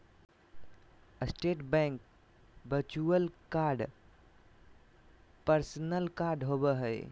state bank virtual card personal card होबो हइ